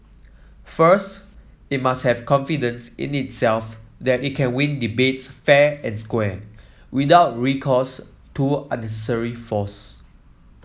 first it must have confidence in itself that it can win debates fair and square without recourse to unnecessary force